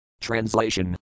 Translation